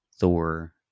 Thor